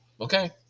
Okay